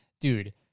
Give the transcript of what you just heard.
Dude